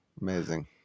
Amazing